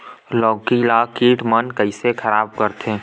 लौकी ला कीट मन कइसे खराब करथे?